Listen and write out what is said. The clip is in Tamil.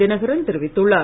தினகரன் தெரிவித்துள்ளார்